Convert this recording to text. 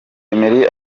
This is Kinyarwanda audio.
emery